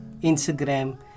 Instagram